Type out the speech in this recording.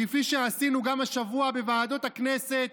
כפי שעשינו גם השבוע בוועדות הכנסת,